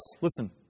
Listen